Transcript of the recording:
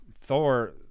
Thor